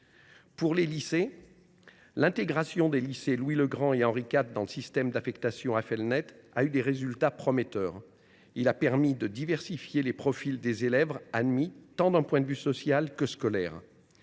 les lycées, l’intégration des lycées Louis le Grand et Henri IV dans le système d’affectation Affelnet a eu des résultats prometteurs. Elle a permis de diversifier les profils des élèves admis, d’un point de vue tant social que scolaire.